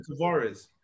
Tavares